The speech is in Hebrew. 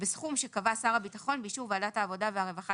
בסכום שקבע שר הביטחון באישור ועדת העבודה והרווחה